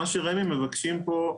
מה שרמ"י מבקשים פה,